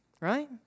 right